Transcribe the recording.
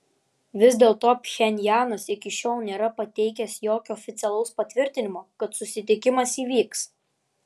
vis dėlto pchenjanas iki šiol nėra pateikęs jokio oficialaus patvirtinimo kad susitikimas įvyks